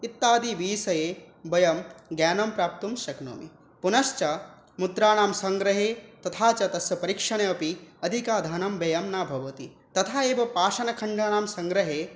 इत्यादिविषये वयं ज्ञानं प्राप्तुं शक्नोमि पुनश्च मुद्राणां सङ्ग्रहे तथा च तस्य परीक्षणे अपि अधिकधनं व्ययं न भवति तथा एव पाषाणखण्डानां सङ्ग्रहे